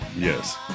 Yes